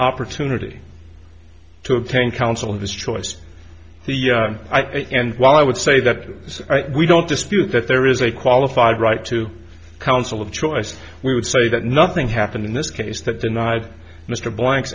opportunity to obtain counsel of his choice and while i would say that we don't dispute that there is a qualified right to counsel of choice we would say that nothing happened in this case that denied mr bla